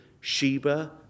Sheba